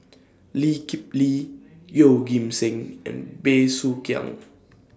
Lee Kip Lee Yeoh Ghim Seng and Bey Soo Khiang